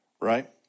right